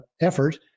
effort